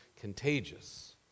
contagious